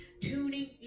tuning